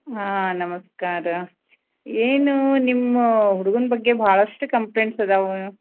ಹಾಂ ನಮಸ್ಕಾರ ಏನು ನಿಮ್ಮ ಹುಡ್ಗನ ಬಗ್ಗೆ ಭಾಳಷ್ಟು ಕಂಪ್ಲೆಂಟ್ಸ್ ಇದ್ದಾವೆ